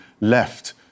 left